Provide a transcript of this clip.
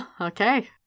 Okay